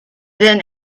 then